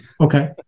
okay